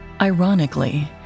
Ironically